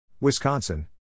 Wisconsin